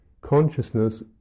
consciousness